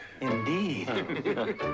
Indeed